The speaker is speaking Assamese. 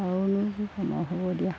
আৰুনো সম হ'ব দিয়া